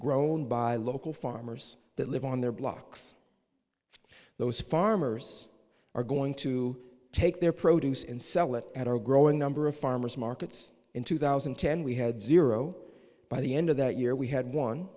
grown by local farmers that live on their blocks those farmers are going to take their produce and sell it at a growing number of farmers markets in two thousand and ten we had zero by the end of that year we had one